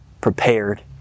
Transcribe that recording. prepared